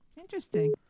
Interesting